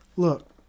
Look